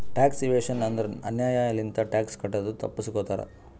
tax evasion ಅಂದುರ್ ಅನ್ಯಾಯ್ ಲಿಂತ ಟ್ಯಾಕ್ಸ್ ಕಟ್ಟದು ತಪ್ಪಸ್ಗೋತಾರ್